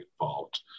involved